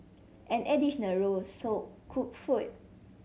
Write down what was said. an additional row sold cooked food